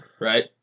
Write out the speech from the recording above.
right